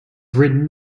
written